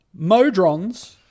modrons